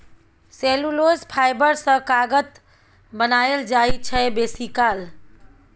cellulose fibre सँ कागत बनाएल जाइ छै बेसीकाल